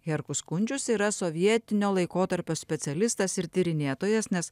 herkus kunčius yra sovietinio laikotarpio specialistas ir tyrinėtojas nes